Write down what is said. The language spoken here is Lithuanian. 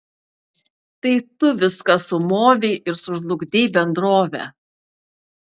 tai tu viską sumovei ir sužlugdei bendrovę